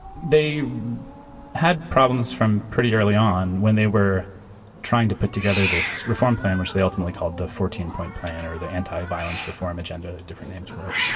they had problems from pretty early on when they were trying to put together this reform plan, which they ultimately called the fourteen point plan or the anti-violence reform agenda. different names, were it?